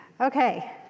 Okay